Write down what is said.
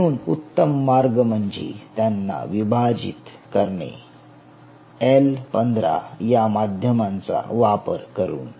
म्हणून उत्तम मार्ग म्हणजे त्यांना विभाजित करणे एल15 या माध्यमाचा वापर करून